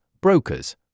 brokers